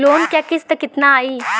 Loan क किस्त कितना आई?